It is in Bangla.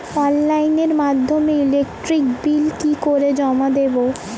অনলাইনের মাধ্যমে ইলেকট্রিক বিল কি করে জমা দেবো?